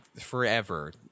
forever